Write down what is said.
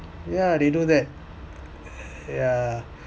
yeah they do that yeah